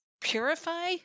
purify